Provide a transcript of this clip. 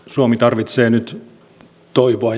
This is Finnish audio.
suomi tarvitsee nyt hän toivoi